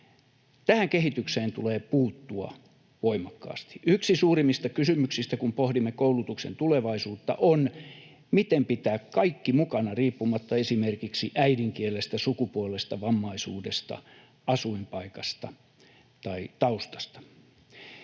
Tähän kehitykseen tulee puuttua voimakkaasti. Yksi suurimmista kysymyksistä, kun pohdimme koulutuksen tulevaisuutta, on, miten pitää kaikki mukana riippumatta esimerkiksi äidinkielestä, sukupuolesta, vammaisuudesta, asuinpaikasta tai taustasta.